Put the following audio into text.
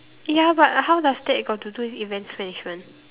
ya but how does that got to do with events management